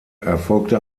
erfolgte